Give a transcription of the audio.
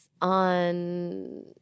on